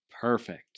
perfect